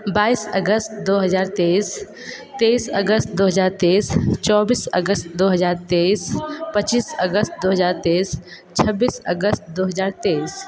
बाईस अगस्त दो हज़ार तेईस तेईस अगस्त दो हज़ार तेईस चौबीस अगस्त दो हज़ार तेईस पच्चीस अगस्त दो हज़ार तेईस छब्बीस अगस्त दो हज़ार तेईस